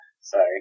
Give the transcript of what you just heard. Sorry